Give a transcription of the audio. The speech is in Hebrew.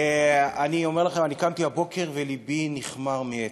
אני אומר לכם שאני קמתי הבוקר ולבי נכמר מעצב.